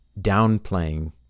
downplaying